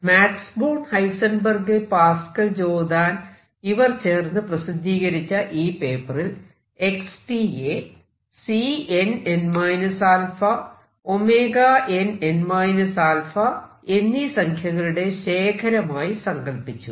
max Born Heisenberg Pascual Jordan ഇവർ ചേർന്ന് പ്രസിദ്ധീകരിച്ച ഈ പേപ്പറിൽ x യെ Cnn α nn α എന്നീ സംഖ്യകളുടെ ശേഖരമായി സങ്കൽപ്പിച്ചു